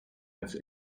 its